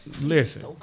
Listen